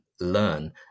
learn